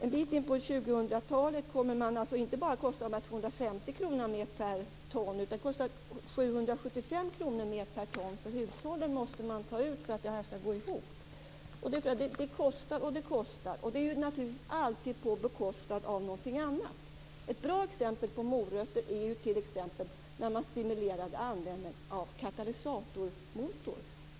En bit in på 2000-talet kommer det inte bara att kosta 250 kr mer per ton, utan det kommer att kosta 775 kr mer per ton. Det måste man ta ut från hushållen för att det skall gå ihop. Det kostar, och det kostar, och det är naturligtvis alltid på bekostnad av någonting annat. Ett bra exempel på morötter är när man stimulerade användning av katalysatorer för motorer.